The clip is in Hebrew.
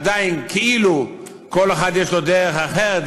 עדיין כאילו כל אחד יש לו דרך אחרת,